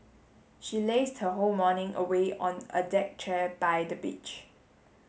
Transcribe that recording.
she lazed her whole morning away on a deck chair by the beach